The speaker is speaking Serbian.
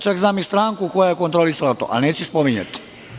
Čak znam i stranku koja je to kontrolisala, ali to neću spominjati.